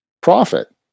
profit